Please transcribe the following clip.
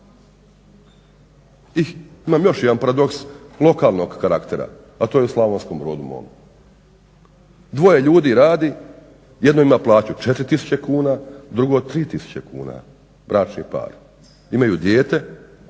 Imam još jedan paradoks lokalnog karaktera, a to je u Slavonskom Brodu mom. Dvoje ljudi radi, jedno ima plaću 4000, drugo 3000 kuna, bračni par. Imaju dijete